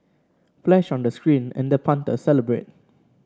flash on the screen and the punter celebrated